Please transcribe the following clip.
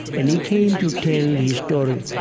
and he came to tell his story.